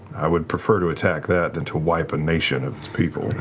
i would prefer to attack that than to wipe a nation of its people.